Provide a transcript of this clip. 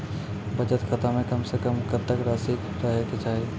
बचत खाता म कम से कम कत्तेक रासि रहे के चाहि?